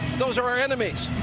those are our enemies.